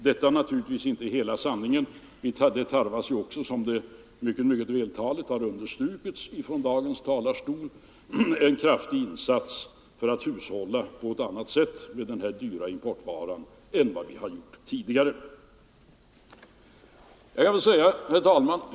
Detta är naturligtvis inte hela sanningen — det tarvas också, som mycket vältaligt understrukits i dag från denna talarstol, en kraftig insats för att hushålla på ett annat sätt än hittills med denna dyra importvara.